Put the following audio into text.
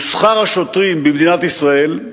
ושכר השוטרים במדינת ישראל,